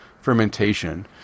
fermentation